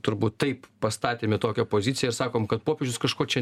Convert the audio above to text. turbūt taip pastatėm į tokią poziciją ir sakom kad popiežius kažko čia